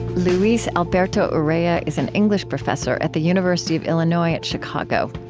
luis alberto urrea is an english professor at the university of illinois at chicago.